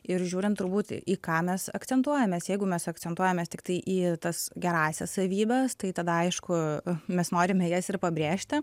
ir žiūrint turbūt į ką mes akcentuojamės jeigu mes akcentuojamės tiktai į tas gerąsias savybes tai tada aišku mes norime jas ir pabrėžti